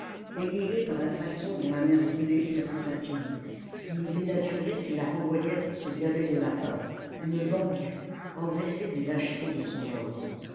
égayée par la façon dont la mère brûlé traitait sa fille une dénaturée qui la renvoyait pour se gaver de lapin une vendue engraissée des lâchetés de son homme